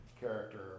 character